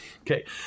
Okay